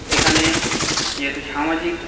এখানে যেহেতু সামাজিক